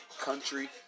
Country